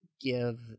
give